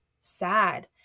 sad